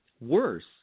Worse